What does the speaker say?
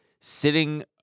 sitting